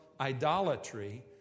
idolatry